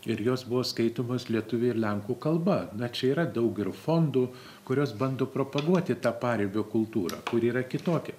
ir jos buvo skaitomos lietuvių ir lenkų kalba na čia yra daug ir fondų kurios bando propaguoti tą paribio kultūrą kuri yra kitokia